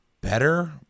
better